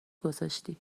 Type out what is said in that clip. گذاشتی